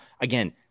again